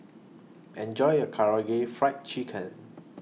Enjoy your Karaage Fried Chicken